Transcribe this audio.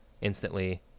instantly